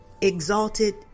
exalted